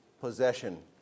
possession